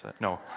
No